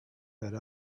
had